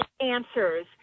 answers